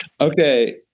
Okay